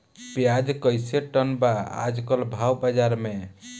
प्याज कइसे टन बा आज कल भाव बाज़ार मे?